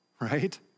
right